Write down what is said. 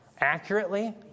accurately